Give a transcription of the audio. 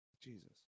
Jesus